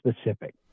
specific